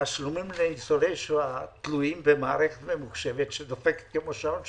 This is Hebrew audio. התשלומים לניצולי שואה תלויים במערכת ממוחשבת שדופקת כמו שעון שוויצרי.